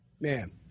Man